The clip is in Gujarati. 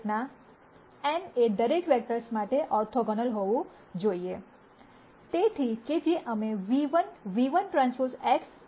N એ દરેક વેક્ટર્સ માટે ઓર્થોગોનલ હોવું જોઈએ